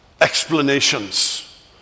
explanations